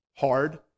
hard